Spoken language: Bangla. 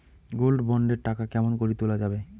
গোল্ড বন্ড এর টাকা কেমন করি তুলা যাবে?